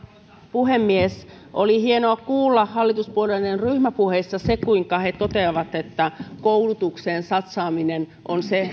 puhemies oli hienoa kuulla hallituspuolueiden ryhmäpuheissa kuinka he toteavat että koulutukseen satsaaminen on se